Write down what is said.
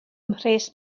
mhres